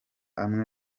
amwe